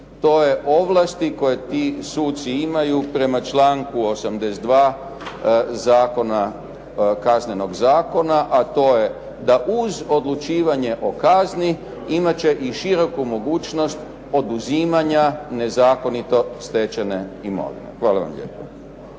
To je ovlasti koje ti suci imaju prema članku 82. Kaznenog zakona, a to je da uz odlučivanje o kazni, imati će i široku mogućnost poduzimanja nezakonito stečene imovine. Hvala vam lijepo.